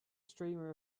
streamer